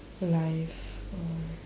life or